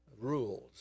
rules